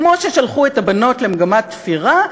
כמו ששלחו את הבנות למגמת תפירה,